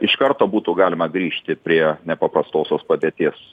iš karto būtų galima grįžti prie nepaprastosios padėties